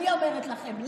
אני אומרת לכם,